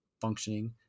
...functioning